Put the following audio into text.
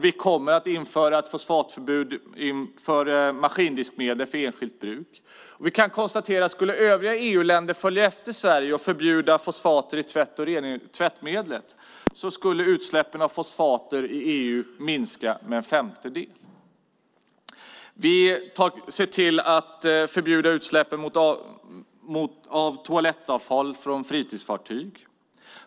Vi kommer att införa ett fosfatförbud för maskindiskmedel för enskilt bruk. Vi kan konstatera att skulle övriga EU-länder följa efter Sverige och förbjuda fosfater i tvättmedel skulle utsläppen av fosfater i EU minska med en femtedel. Vi ser till att förbjuda utsläpp av toalettavfall från fritidsfartyg.